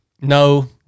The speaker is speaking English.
No